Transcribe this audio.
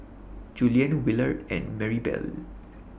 Julien Willard and Marybelle